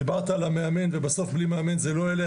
דיברת על המאמן בסוף בלי מאמן זה לא ילך.